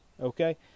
okay